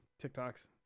TikToks